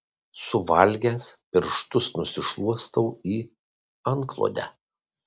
suvalgęs pirštus nusišluostau į antklodę